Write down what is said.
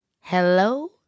Hello